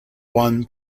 won